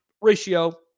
ratio